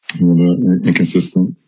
inconsistent